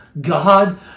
God